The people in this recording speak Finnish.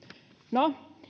no